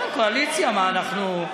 כן, קואליציה, מה, אנחנו,